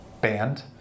band